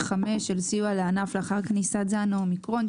של סיוע לענף לאחר כניסת זן האומיקרון,